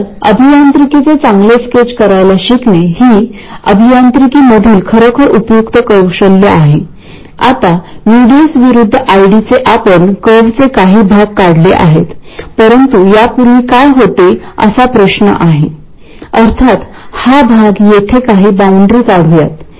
त्यामुळे मोठ्या Vt चे ट्रान्झिस्टर आपोआप मोठ्या VGS ने बायस होईल